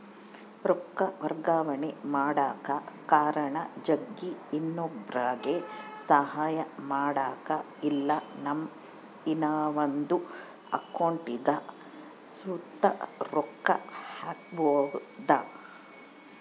ರೊಕ್ಕ ವರ್ಗಾವಣೆ ಮಾಡಕ ಕಾರಣ ಜಗ್ಗಿ, ಇನ್ನೊಬ್ರುಗೆ ಸಹಾಯ ಮಾಡಕ ಇಲ್ಲಾ ನಮ್ಮ ಇನವಂದ್ ಅಕೌಂಟಿಗ್ ಸುತ ರೊಕ್ಕ ಹಾಕ್ಕ್ಯಬೋದು